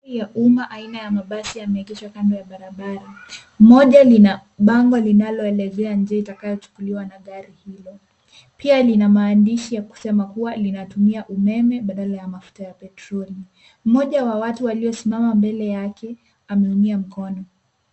Magari ya umma aina ya mabasi, yameegeshwa kando ya barabara. Moja lina bango linaloelezea njia itakayochukuliwa na gari hilo. Pia lina maandishi ya kusema kua linatumia umeme, badala ya mafuta ya petroli. Mmoja wa watu aliyesimama mbele yake, ameumia mkono.